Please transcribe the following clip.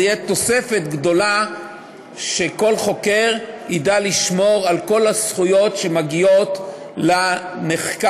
זאת תהיה תוספת גדולה שכל חוקר ידע לשמור על כל הזכויות שמגיעות לנחקר.